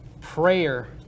prayer